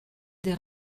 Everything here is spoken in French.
des